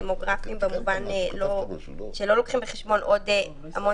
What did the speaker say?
דמוגרפיים במובן שלא לוקחים בחשבון עוד המון